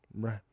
right